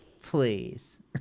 please